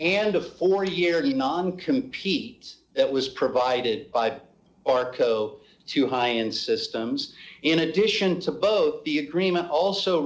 and of for a year the non compete that was provided by arco to high end systems in addition to both the agreement also